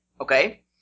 Okay